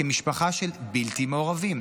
כמשפחה של בלתי מעורבים.